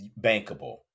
bankable